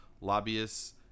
lobbyists